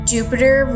Jupiter